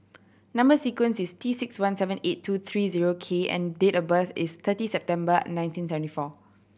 number sequence is T six one seven eight two three zero K and date of birth is thirty September nineteen seventy four